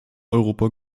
europa